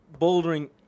bouldering